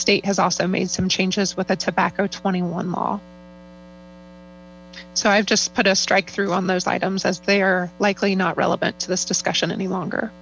state has also made some changes with a tobacco twenty one law so i've just put a strike through on those items as they are likely not relevant to this discussion any longer